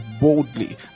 boldly